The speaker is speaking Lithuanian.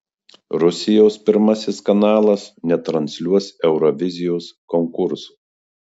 rusijos pirmasis kanalas netransliuos eurovizijos konkurso